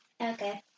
Okay